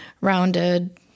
Rounded